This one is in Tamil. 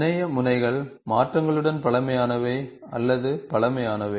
முனைய முனைகள் மாற்றங்களுடன் பழமையானவை அல்லது பழமையானவை